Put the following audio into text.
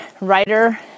writer